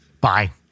Bye